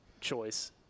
choice